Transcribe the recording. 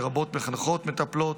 לרבות מחנכות מטפלות.